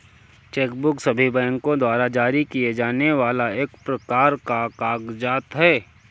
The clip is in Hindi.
चेक बुक सभी बैंको द्वारा जारी किए जाने वाला एक प्रकार का कागज़ात है